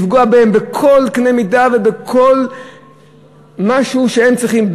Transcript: לפגוע בהן בכל קנה מידה ובכל משהו שהם צריכים,